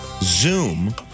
Zoom